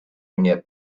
mnie